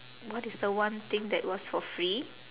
what is the one thing that was for free